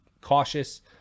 cautious